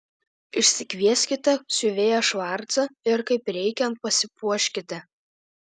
išsikvieskite siuvėją švarcą ir kaip reikiant pasipuoškite